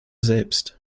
selbst